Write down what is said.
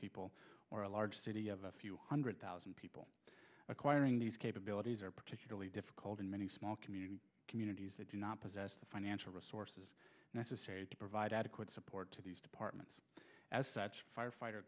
people or a large city of a few hundred thousand people acquiring these capabilities are particularly difficult in many small community communities that do not possess the financial resources necessary to provide support to these departments as such firefighter